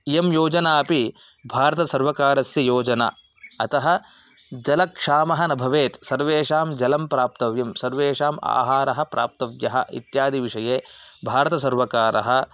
इयं योजनापि भारतसर्वकारस्य योजना अतः जलक्षामः न भवेत् सर्वेषां जलं प्राप्तव्यं सर्वेषाम् आहारः प्राप्तव्यः इत्यादिविषये भारतसर्वकारः